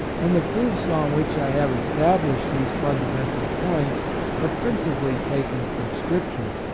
and the proofs on which i have established these fun damental points are principally taken from scripture.